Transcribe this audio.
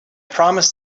promised